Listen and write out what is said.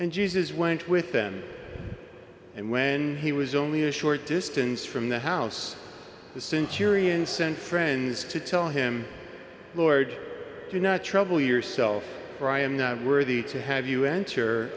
and jesus went with them and when he was only a short distance from the house the century and sent friends to tell him lord do not trouble yourself for i am not worthy to have you